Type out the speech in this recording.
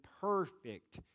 perfect